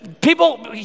people